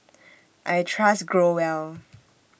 I Trust Growell